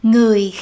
Người